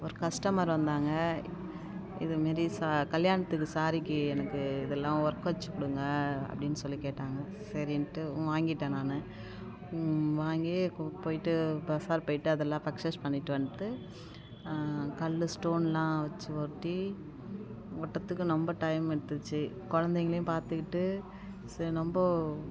ஒரு கஸ்டமர் வந்தாங்க இது மாரி சா கல்யாணத்துக்கு ஸாரீக்கி எனக்கு இதெல்லாம் ஒர்க் வச்சி கொடுங்க அப்படின்னு சொல்லி கேட்டாங்க சரின்ட்டு வாங்கிட்டேன் நானு வாங்கி கு போயிட்டு பஸார் போயிட்டு அதெல்லாம் பர்சேஸ் பண்ணிட்டு வந்துட்டு கல்லு ஸ்டோன்லாம் வச்சி ஒட்டி ஒட்டுறத்துக்கு ரொம்ப டைம் எடுத்துக்கிச்சி கொழந்தைங்களையும் பார்த்துக்கிட்டு சரி நொம்போ